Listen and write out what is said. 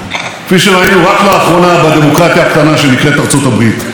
כפי שראינו רק לאחרונה בדמוקרטיה הקטנה שנקראת ארצות הברית.